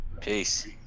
Peace